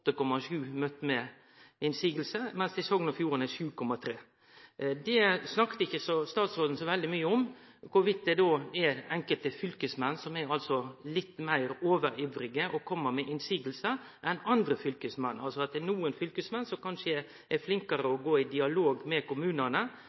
7,3 pst. Statsråden snakka ikkje så veldig mykje om i kva grad det er enkelte fylkesmenn som er litt meir overivrige etter å kome med motsegner enn andre fylkesmenn – altså at det er nokre fylkesmenn som kanskje er flinkare til å gå i dialog med kommunane og finne løysingar, mens det då er andre som er flinkare